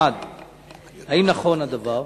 1. האם נכון הדבר?